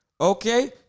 Okay